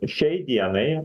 šiai dienai